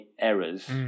errors